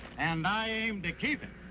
and i aim to keep it!